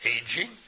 aging